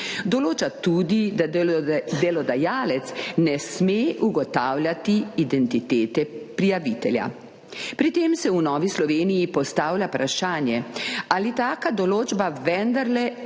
Določa tudi, da delodajalec ne sme ugotavljati identitete prijavitelja. Pri tem se v Novi Sloveniji postavlja vprašanje, ali taka določba vendarle